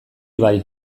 bai